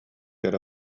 эрэ